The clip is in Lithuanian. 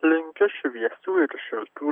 linkiu šviesių ir šiltų